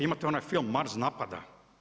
Imate onaj film „Mars napada“